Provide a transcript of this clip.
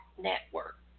Network